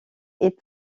est